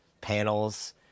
panels